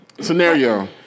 Scenario